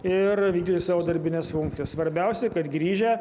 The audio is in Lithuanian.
ir vykdyti savo darbines funkcijas svarbiausiai kad grįžę